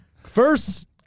First